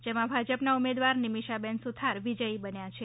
જેમાં ભાજપના ઉમેદવાર નિમિષાબેન સુથાર વિજય બન્યા છે